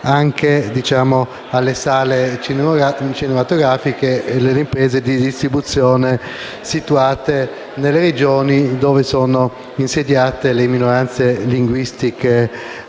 anche alle sale cinematografiche e alle imprese di distribuzione situate nelle Regioni dove sono insediate le minoranze linguistiche